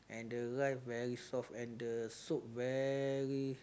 and the rice very soft and the soup very